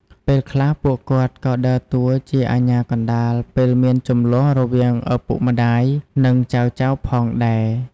ពេលខ្លះ ពួកគាត់ក៏ដើរតួជាអាជ្ញាកណ្ដាលពេលមានជម្លោះរវាងឪពុកម្ដាយ និងចៅៗផងដែរ។